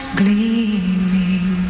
gleaming